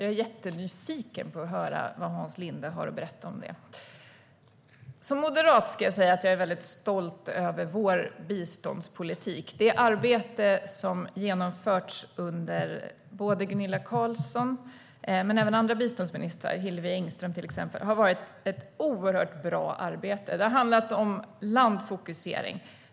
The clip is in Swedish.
Jag är jättenyfiken på att höra vad Hans Linde har att berätta om det. Jag är som moderat mycket stolt över vår biståndspolitik. Det arbete som har genomförts under både Gunilla Carlsson och Hillevi Engström har varit ett oerhört bra arbete. Det har handlat om landfokusering.